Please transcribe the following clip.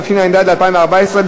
התשע"ד 2014,